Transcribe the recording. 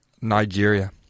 Nigeria